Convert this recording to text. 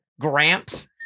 Gramps